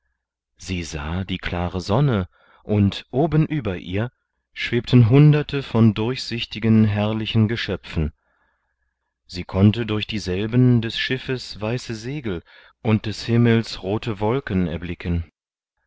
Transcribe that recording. sie sah die klare sonne und oben über ihr schwebten hunderte von durchsichtigen herrlichen geschöpfen sie konnte durch dieselben des schiffes weiße segel und des himmels rote wolken erblicken